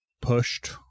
pushed